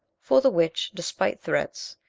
for the which, despite threats,